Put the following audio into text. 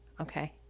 Okay